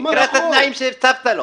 תקרא את התנאים שהצבת לו